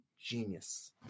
genius